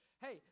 hey